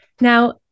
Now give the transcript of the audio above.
Now